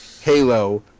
Halo